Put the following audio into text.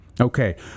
Okay